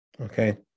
Okay